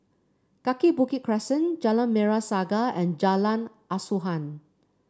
Kaki Bukit Crescent Jalan Merah Saga and Jalan Asuhan